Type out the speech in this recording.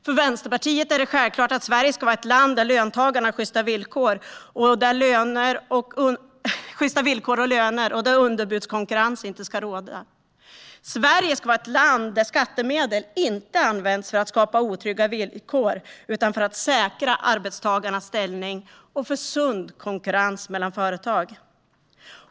För Vänsterpartiet är det självklart att Sverige ska vara ett land där löntagarna har sjysta villkor och löner och där underbudskonkurrens inte ska förekomma. Sverige ska vara ett land där skattemedel inte används för att skapa otrygga villkor. De ska användas för att säkra arbetstagarnas ställning och för sund konkurrens mellan företag.